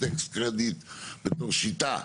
tax credit בתור שיטה,